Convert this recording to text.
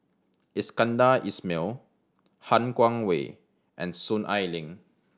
Iskandar Ismail Han Guangwei and Soon Ai Ling